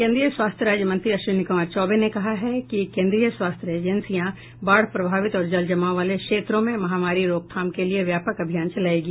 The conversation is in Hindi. केन्द्रीय स्वास्थ्य राज्य मंत्री अश्विनी कुमार चौबे ने कहा है कि केन्द्रीय स्वास्थ्य एजेंसियां बाढ़ प्रभावित और जल जमाव वाले क्षेत्रों में महामारी रोकथाम के लिए व्यापक अभियान चलायेगी